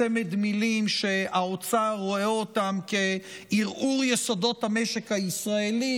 צמד מילים שהאוצר רואה אותם כערעור יסודות המשק הישראלי,